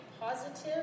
positive